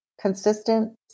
consistent